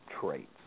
traits